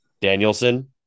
Danielson